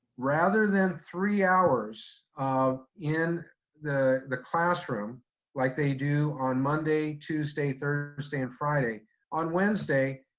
rather than three hours um in the the classroom like they do on monday, tuesday, thursday, and friday on wednesday,